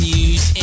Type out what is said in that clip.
News